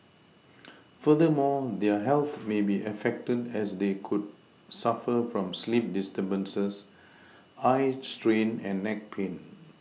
furthermore their health may be affected as they could suffer from sleep disturbances eye strain and neck pain